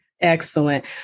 Excellent